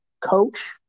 coach